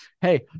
Hey